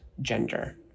gender